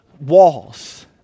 walls